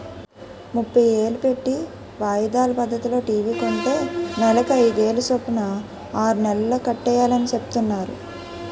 ముప్పై ఏలు పెట్టి వాయిదాల పద్దతిలో టీ.వి కొంటే నెలకి అయిదేలు సొప్పున ఆరు నెలల్లో కట్టియాలని సెప్తున్నారు